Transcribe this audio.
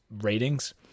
ratings